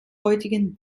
heutigen